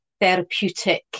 therapeutic